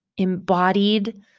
embodied